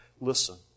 Listen